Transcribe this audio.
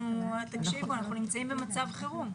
אנחנו נמצאים במצב חירום.